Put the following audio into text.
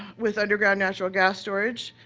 with underground natural gas storage,